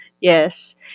yes